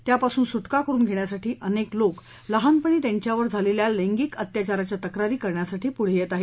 त्यापासून सुटका करुन घेण्यासाठी अनेक लोक लहानपणी त्यांच्यावर झालेल्या लैंगिक अत्याचाराच्या तक्रारी करण्यासाठी पुढं येत आहेत